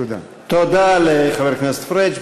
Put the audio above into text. תודה לחבר הכנסת פריג'.